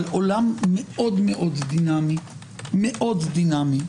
על עולם מאוד דינמי של תכניות.